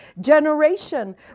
generation